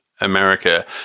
America